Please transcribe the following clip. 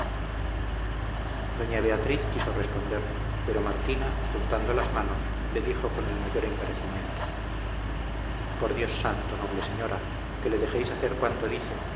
doña beatriz quiso responder pero martina juntando las manos le dijo con el mayor encarecimiento por dios santo noble señora que le dejéis hacer cuanto dice